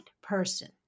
person